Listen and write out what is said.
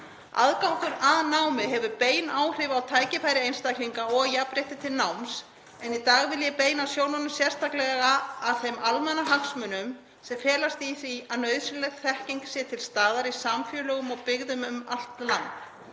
Aðgangur að námi hefur bein áhrif á tækifæri einstaklinga og jafnrétti til náms en í dag vil ég beina sjónum sérstaklega að þeim almannahagsmunum sem felast í því að nauðsynleg þekking sé til staðar í samfélögum og byggðum um allt land.